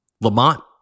Lamont